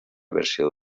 versió